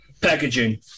packaging